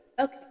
Okay